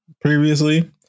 previously